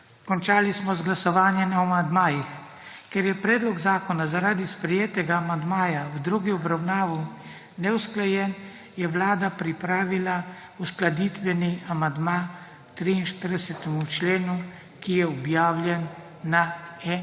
Končali smo z glasovanjem o amandmajih. Ker je predlog zakona zaradi sprejetega amandmaja v drugi obravnavi neusklajen je Vlada pripravila uskladitveni amandma k 43. členu, ki je objavljen na